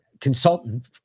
consultant